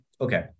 Okay